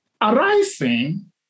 Arising